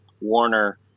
warner